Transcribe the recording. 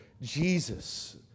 Jesus